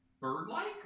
bird-like